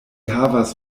havas